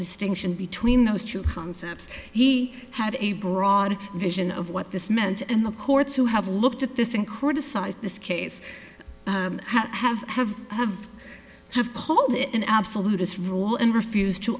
distinction between those two concepts he had a broad vision of what this meant and the courts who have looked at this and criticized this case have have have have called it an absolute us rule and refuse to